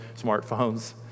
smartphones